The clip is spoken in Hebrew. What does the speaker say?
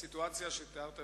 הסיטואציה שתיארת,